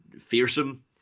fearsome